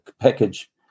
package